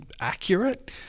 accurate